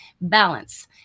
balance